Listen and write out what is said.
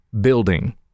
building